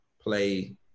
play